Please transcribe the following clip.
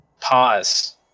Pause